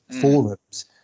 forums